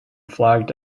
flagged